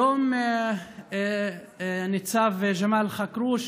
היום ניצב ג'מאל חכרוש